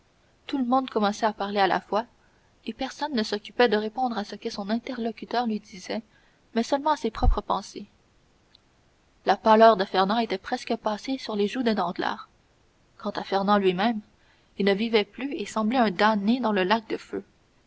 tout le monde commençait à parler à la fois et personne ne s'occupait de répondre à ce que son interlocuteur lui disait mais seulement à ses propres pensées la pâleur de fernand était presque passée sur les joues de danglars quant à fernand lui-même il ne vivait plus et semblait un damné dans le lac de feu